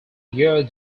year